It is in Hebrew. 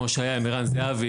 כפי שהיה עם ערן זהבי,